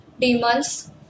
demons